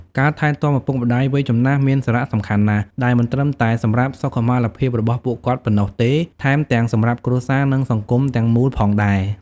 ការថែទាំឪពុកម្ដាយវ័យចំណាស់មានសារៈសំខាន់ណាស់ មិនត្រឹមតែសម្រាប់សុខុមាលភាពរបស់ពួកគាត់ប៉ុណ្ណោះទេ ថែមទាំងសម្រាប់គ្រួសារ និងសង្គមទាំងមូលផងដែរ។